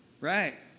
Right